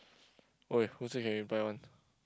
!oi! who say can reply one